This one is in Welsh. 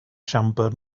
siambr